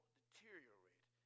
deteriorate